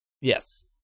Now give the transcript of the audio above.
Yes